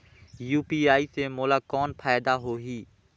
UPI से मोला कौन फायदा होही?